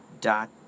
dot